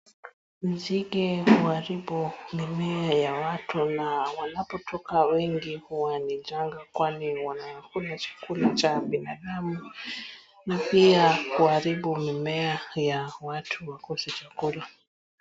Nzige huaribu mimea ya watu na wanapotoka wengi huwa ni janga kwani wanakula chakula cha binadamu, na pia kuharibu mimeaya watu wakose chakula.